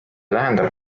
tähendab